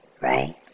right